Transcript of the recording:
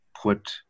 put